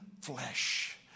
flesh